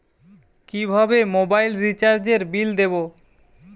কিভাবে মোবাইল রিচার্যএর বিল দেবো?